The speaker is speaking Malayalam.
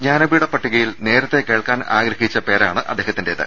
ജ്ഞാനപീഠ പട്ടികയിൽ നേരത്തെ കേൾക്കാൻ ആഗ്രഹിച്ച പേരാണ് അദ്ദേഹത്തിന്റേത്